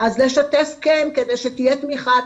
אז לשתף כן כדי שתהיה תמיכה,